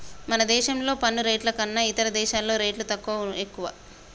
మన దేశంలోని పన్ను రేట్లు కన్నా ఇతర దేశాల్లో రేట్లు తక్కువా, ఎక్కువా